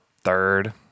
third